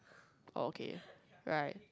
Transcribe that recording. okay right